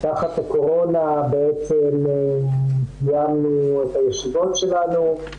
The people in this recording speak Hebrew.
תחת הקורונה בעצם קיימנו את הישיבות שלנו.